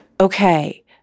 okay